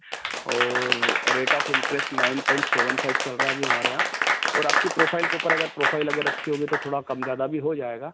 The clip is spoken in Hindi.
और rate of interest nine point seven five चल रहा है अभी हमारे यहाँ और आपकी प्रोफ़ाइल के ऊपर अगर प्रोफ़ाइल अगर अच्छी होगी तो थोड़ा कम ज़्यादा भी हो जाएगा